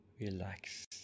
Relax